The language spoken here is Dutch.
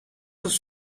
was